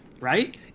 right